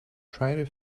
try